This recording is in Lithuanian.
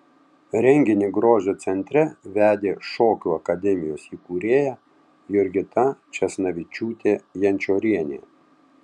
renginį grožio centre vedė šokių akademijos įkūrėja jurgita česnavičiūtė jančorienė